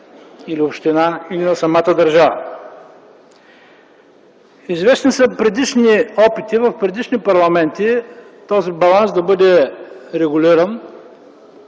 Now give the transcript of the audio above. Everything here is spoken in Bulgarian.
или на община, или на самата държава. Известни са предишни опити в предишни парламенти този баланс да бъде регулиран,